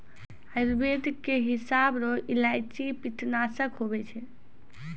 आयुर्वेद के हिसाब रो इलायची पित्तनासक हुवै छै